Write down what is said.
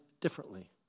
differently